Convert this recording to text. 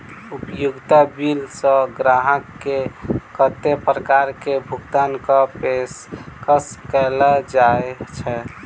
उपयोगिता बिल सऽ ग्राहक केँ कत्ते प्रकार केँ भुगतान कऽ पेशकश कैल जाय छै?